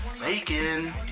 Bacon